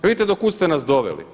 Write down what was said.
Vidite do kuda ste nas doveli.